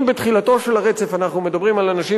אם בתחילתו של הרצף אנחנו מדברים על אנשים